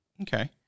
Okay